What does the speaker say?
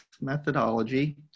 methodology